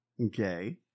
Okay